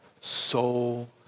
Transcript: soul